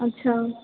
अच्छा